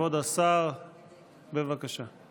כבוד השר, בבקשה.